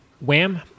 wham